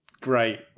Great